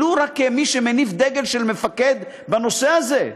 ולו רק כמי שמניף דגל של מפקד בנושא הזה,